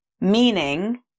meaning